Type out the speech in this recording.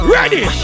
Ready